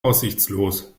aussichtslos